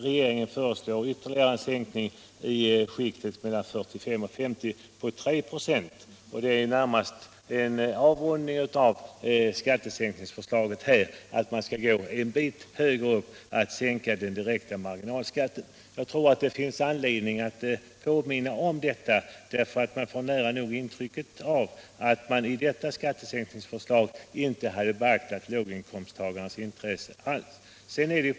Regeringen föreslår ytterligare en sänkning i skiktet 45 000 till 50 000 på 3 26. Det är närmast en avrundning av skattesänkningsförslaget att gå en bit högre upp och sänka den direkta marginalskatten. Det finns anledning att påminna om detta, därför att man får nära nog intrycket att i detta skattesänkningsförslag låginkomsttagarnas intressen inte alls har beaktats.